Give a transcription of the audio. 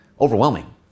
overwhelming